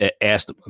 Asked